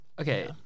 Okay